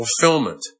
fulfillment